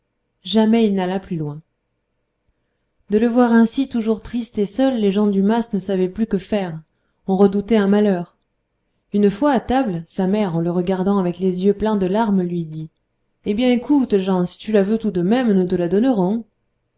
jamais il n'alla plus loin de le voir ainsi toujours triste et seul les gens du mas ne savaient plus que faire on redoutait un malheur une fois à table sa mère en le regardant avec des yeux pleins de larmes lui dit eh bien écoute jan si tu la veux tout de même nous te la donnerons